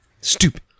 Stupid